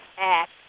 act